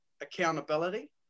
accountability